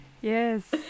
yes